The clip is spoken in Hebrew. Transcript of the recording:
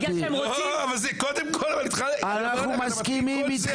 בגלל שהם רוצים --- בגלל שהם מצילי חיים?